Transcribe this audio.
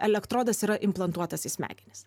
elektrodas yra implantuotas į smegenis